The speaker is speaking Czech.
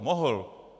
Mohl.